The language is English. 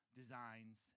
designs